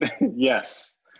Yes